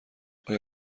آیا